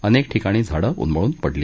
अनेक ठिकाणी झाडं उन्मळून पडली